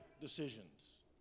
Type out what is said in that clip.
decisions